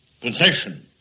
possession